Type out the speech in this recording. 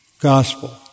gospel